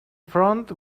front